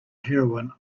heroine